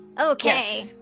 Okay